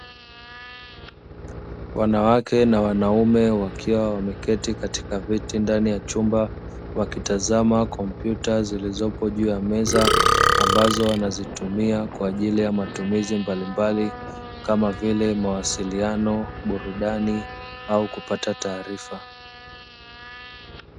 Wanawake na wanaume wakiwa wameketi katika viti ndani ya chumba wakitazama kompyuta zilizopo juu ya meza ambazo wanazitumia kwa matumizi mbalimbali kama vile, mawasiliano, burudani au kupata taarifa.